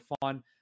fun